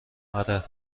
آره